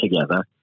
together